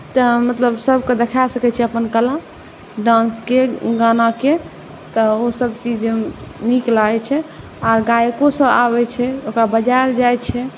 तऽ मतलब सभकेँ देखा सकैत छी अपन कला डांसके गानाके तऽ ओसभ चीज नीक लागैत छै आओर गायकोसभ आबैत छै ओकरा बजायल जाइत छै